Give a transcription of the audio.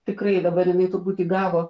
tikrai dabar jinai turbūt įgavo